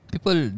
People